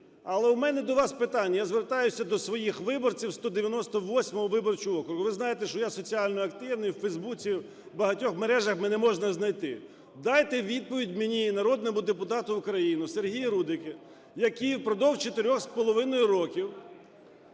Але у мене до вас питання, я звертаюсь до своїх виборців 198 виборчого округу. Ви знаєте, що я соціально активний, у Фейсбуці, в багатьох мережах мене можна знайти. Дайте відповідь мені, народному депутату України Сергію Рудику, який впродовж 4,5 років